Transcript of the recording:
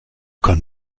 kann